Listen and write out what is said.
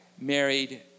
married